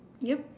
ya